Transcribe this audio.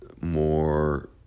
more